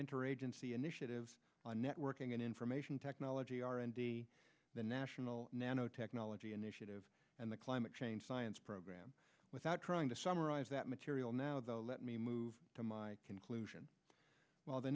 interagency initiative on networking and information technology r and d the national nanotechnology initiative and the climate change science program without trying to summarize that material now though let me move to my conclusion while the